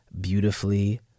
beautifully